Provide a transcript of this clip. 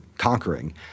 Conquering